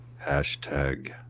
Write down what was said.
Hashtag